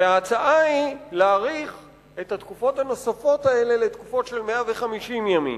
וההצעה היא להאריך את התקופות הנוספות האלה לתקופות של 150 ימים.